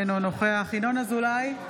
אינו נוכח ינון אזולאי,